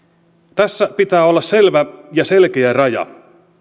tässä pitää olla selvä ja selkeä raja